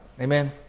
Amen